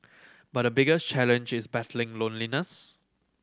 but the biggest challenge is battling loneliness